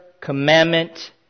commandment